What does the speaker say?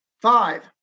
five